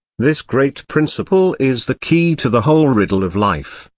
this great principle is the key to the whole riddle of life,